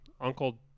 Uncle